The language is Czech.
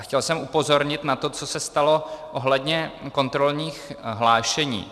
Chtěl jsem upozornit na to, co se stalo ohledně kontrolních hlášení.